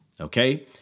Okay